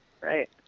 Right